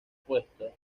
puesto